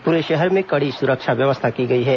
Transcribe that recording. पूरे शहर में कड़ी सुरक्षा व्यवस्था की गई है